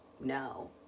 No